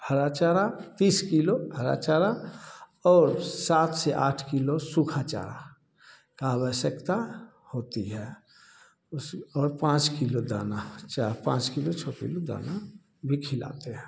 हरा चारा तीस किलो हरा चारा और सात से आठ किलो सूखा चारा का आवश्यकता होती है उस और पाँच किलो दाना चा पाँच किलो छः किलो दाना भी खिलाते हैं